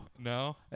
no